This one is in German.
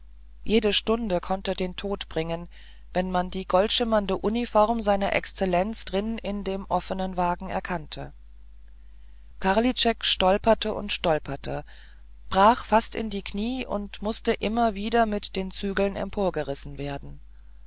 jede stunde konnte den tod bringen wenn man die goldschimmernde uniform seiner exzellenz drin in dem offenen wagen erkannte karlitschek stolperte und stolperte brach fast in die knie und mußte immer wieder mit den zügeln emporgerissen werden